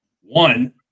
one